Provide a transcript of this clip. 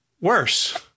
worse